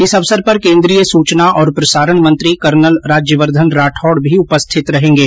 इस अवसर पर केन्द्रीय सूचना और प्रसारण मंत्री कर्नल राज्यवर्द्वन राठौड भी उपस्थित रहेंगे